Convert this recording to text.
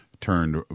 turned